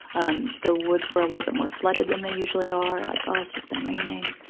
um, the woods were a little bit more flooded than they usually are, like, oh, it's just been raining.